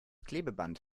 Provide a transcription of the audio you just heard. klebeband